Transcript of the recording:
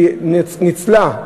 שניצלה,